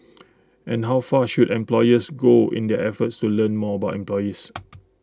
and how far should employers go in their efforts to learn more about employees